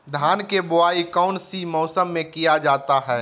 धान के बोआई कौन सी मौसम में किया जाता है?